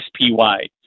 SPY